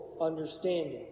understanding